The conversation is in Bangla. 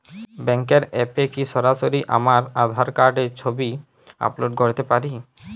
ব্যাংকের অ্যাপ এ কি সরাসরি আমার আঁধার কার্ড র ছবি আপলোড করতে পারি?